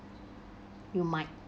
you might